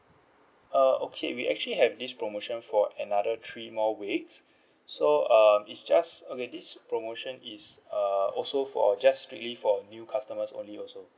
uh okay we actually have this promotion for another three more weeks so uh is just okay this promotion is err also for just strictly for new customers only also